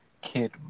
Kid